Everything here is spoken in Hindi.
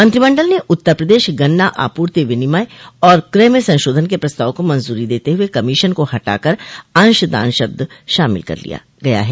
मंत्रिमंडल ने उत्तर प्रदेश गन्ना आपूर्ति विनिमय और क्रय में संशोधन के प्रस्ताव को मंजूरी देते हुए कमीशन को हटाकर अंश दान शब्द शामिल कर लिया गया है